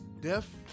Death